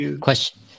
question